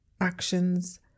actions